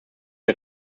der